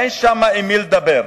אין שם עם מי לדבר.